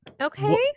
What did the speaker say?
okay